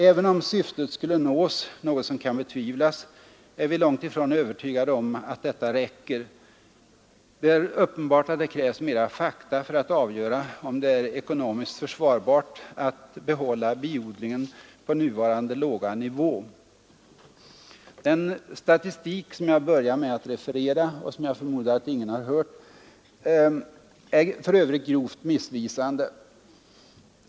Även om syftet skulle nås, något som kan betvivlas, är vi långt ifrån övertygade om att detta räcker. Det är uppenbart att det krävs mer fakta för att avgöra om det är ekonomiskt försvarbart att behålla biodlingen på nuvarande låga nivå. Den statistik som jag började med att referera — vilken jag kan förmoda att ingen har hört — är för övrigt grovt missvisande.